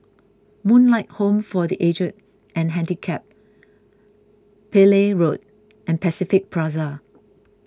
Moonlight Home for the Aged and Handicapped Pillai Road and Pacific Plaza